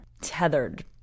tethered